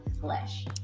flesh